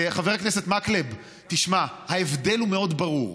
חבר הכנסת מקלב, תשמע, ההבדל הוא מאוד ברור: